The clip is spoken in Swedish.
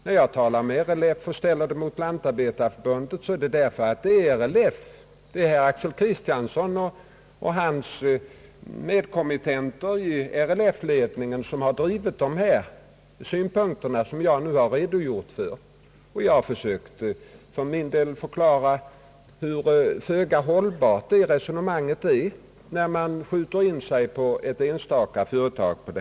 När jag ställer RLF mot Lantarbetarförbundet är det därför att det är herr Axel Kristiansson och hans kolleger i RLF-ledningen som har drivit de synpunkter som jag nu redogjort för. Jag har försökt förklara hur föga hållbart det resonemanget är, när man på detta sätt skjuter in sig på ett enstaka företag.